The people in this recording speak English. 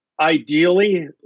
Ideally